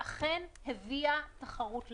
שאכן הביאה תחרות למשק,